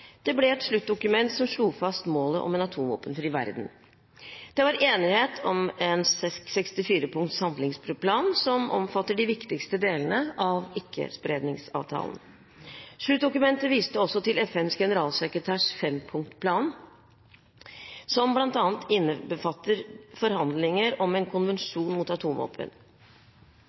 Det ble et sluttdokument som slo fast målet om en atomvåpenfri verden. Det var enighet om en 64-punkts handlingsplan, som omfatter de viktigste delene av Ikkespredningsavtalen. Sluttdokumentet viste også til FNs generalsekretærs fempunktsplan, som bl.a. innbefatter forhandlinger om en konvensjon mot atomvåpen